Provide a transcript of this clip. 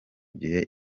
gihe